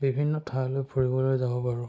বিভিন্ন ঠাইলৈ ফুৰিবলৈ যাব পাৰোঁ